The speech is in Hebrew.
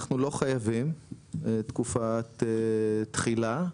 אנחנו לא חייבים תקופת תחילה.